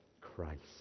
Christ